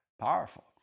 Powerful